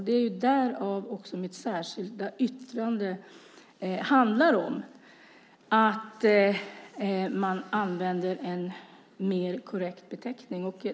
Det är det mitt särskilda yttrande också handlar om, att man bör använda en mer korrekt beteckning.